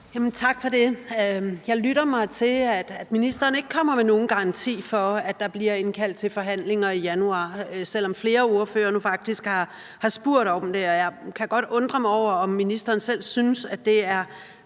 Tak for det. Jeg lytter mig til, at ministeren ikke kommer med nogen garanti for, at der bliver indkaldt til forhandlinger i januar, selv om flere ordførere nu faktisk har spurgt om det. Jeg kan godt undre mig over, at ministeren selv synes, at det er